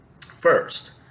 First